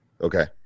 Okay